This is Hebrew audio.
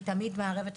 אני תמיד מעדכנת,